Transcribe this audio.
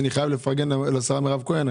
אני חייב לפרגן לשרה מירב כהן,